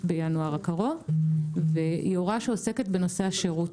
בינואר הקרוב והיא הוראה שעוסקת בנושא השירות